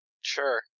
Sure